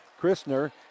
Christner